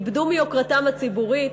איבדו מיוקרתם הציבורית,